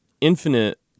infinite